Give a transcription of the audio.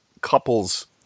couples